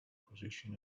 position